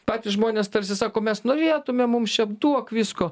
patys žmonės tarsi sako mes norėtumėm mums čia duok visko